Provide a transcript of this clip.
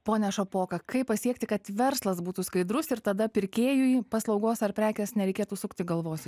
pone šapoka kaip pasiekti kad verslas būtų skaidrus ir tada pirkėjui paslaugos ar prekės nereikėtų sukti galvos